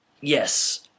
Yes